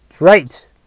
Right